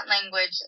language